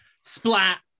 Splat